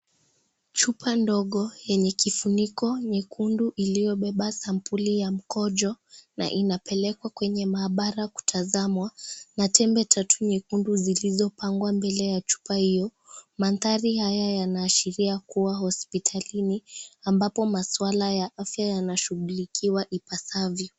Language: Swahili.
Chupa ndogo yenye kifuniko nyekundi iliyobeba sambuli ya mkojo na inapelekwa kwenye maabara kutazamwa na tembe tatu nyekundu zilizopangwa mbele ya chupa hiyo, maathari haya yanaashiria kuwa hospitalini ambapo maswala ya afya yanashughulikiwa ipasavyo.